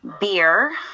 beer